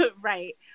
right